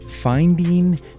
Finding